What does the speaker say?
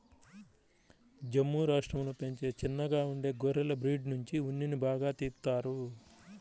జమ్ము రాష్టంలో పెంచే చిన్నగా ఉండే గొర్రెల బ్రీడ్ నుంచి ఉన్నిని బాగా తీత్తారు